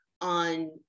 on